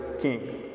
king